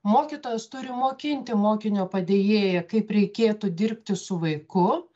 mokytojas turi mokinti mokinio padėjėją kaip reikėtų dirbti su vaiku